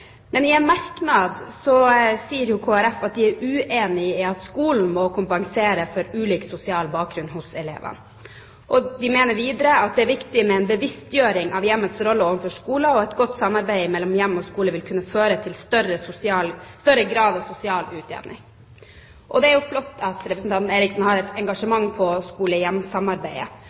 Men i en merknad sier Kristelig Folkeparti at de er uenig i at skolen må kompensere for ulik sosial bakgrunn hos elevene. De mener videre at det er viktig med en bevisstgjøring av hjemmets rolle overfor skolen, og at et godt samarbeid mellom hjem og skole vil kunne føre til større grad av sosial utjevning. Det er flott at representanten Eriksen har et engasjement